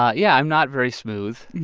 yeah yeah, i'm not very smooth.